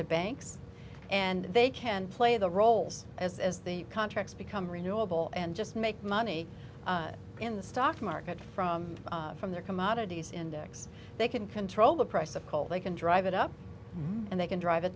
to banks and they can play the roles as as the contracts become renewable and just make money in the stock market from from their commodities index they can control the price of coal they can drive it up and they can drive